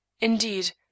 indeed